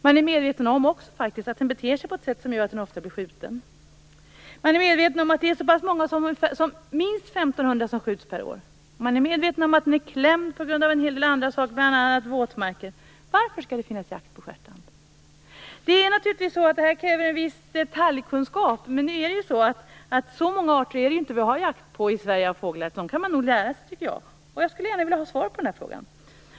Man är också medveten om att den beter sig på ett sätt som gör att den ofta blir skjuten. Man är medveten om att det är så pass många som minst 1 500 som skjuts per år. Man är medveten om att den är klämd på grund av en hel del andra saker, bl.a. våtmarker. Varför skall det finnas jakt på stjärtand? Det här kräver naturligtvis en viss detaljkunskap. Men nu har vi ju inte jakt på så många fågelarter i Sverige, och därför kan man nog lära sig dem, tror jag. Jag skulle gärna vilja ha svar på den här frågan.